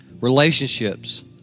relationships